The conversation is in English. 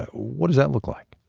what does that look like?